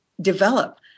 develop